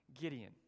Gideon